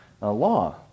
law